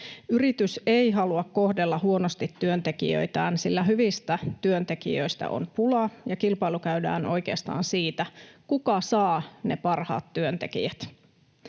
Yritys ei halua kohdella huonosti työntekijöitään, sillä hyvistä työntekijöistä on pulaa ja kilpailu käydään oikeastaan siitä, kuka saa ne parhaat työntekijät.